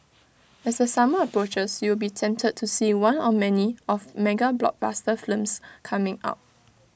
as the summer approaches you will be tempted to see one or many of mega blockbuster films coming out